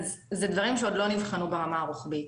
זה דברים שעוד לא נבחנו ברמה הרוחבית.